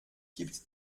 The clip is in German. kippt